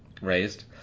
Raised